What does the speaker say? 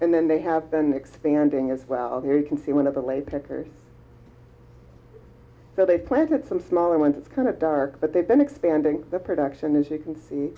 and then they have been expanding as well and you can see one of the late pickers there they planted some smaller ones it's kind of dark but they've been expanding the production as you can see